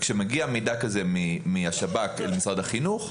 כשמגיע מידע כזה מהשב"כ למשרד החינוך,